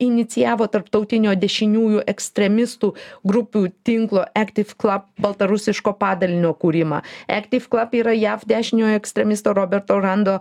inicijavo tarptautinio dešiniųjų ekstremistų grupių tinklo ektif klab baltarusiško padalinio kūrimą ektiv klub yra jav dešiniojo ekstremisto roberto rando